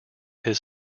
his